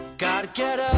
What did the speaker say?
gotta get up.